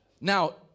Now